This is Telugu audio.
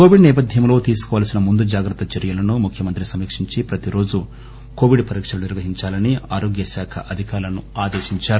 కోవిడ్ నేపథ్యంలో తీసుకోవల్సిన ముందు జాగ్రత్త చర్యలను ముఖ్యమంత్రి సమీక్షించి ప్రతిరోజు కోవిడ్ పరీక్షలను నిర్వహించాలని ఆరోగ్యశాఖ అధికారులను ఆదేశించారు